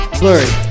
blurry